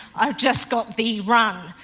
i've just got the run,